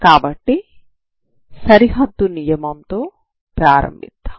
కాబట్టి సరిహద్దు నియమంతో ప్రారంభిద్దాం